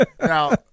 Now